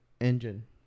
engine